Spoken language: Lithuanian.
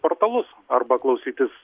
portalus arba klausytis